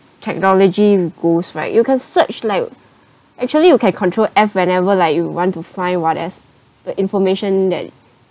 technology goes right you can search like actually you can control F whenever like you want to find what is the information that